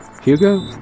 Hugo